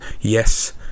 yes